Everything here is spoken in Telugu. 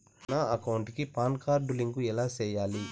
నా అకౌంట్ కి పాన్ కార్డు లింకు ఎలా సేయాలి